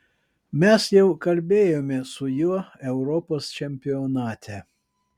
mes jau kalbėjome su juo europos čempionate